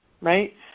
right